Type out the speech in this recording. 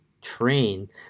train